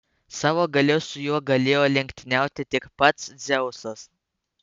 savo galia su juo galėjo lenktyniauti tik pats dzeusas